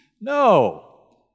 No